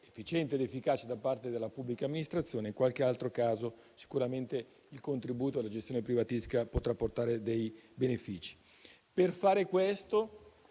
efficiente ed efficace da parte della pubblica amministrazione; in qualche altro caso sicuramente il contributo alla gestione privatista potrà portare dei benefici. Per fare questo,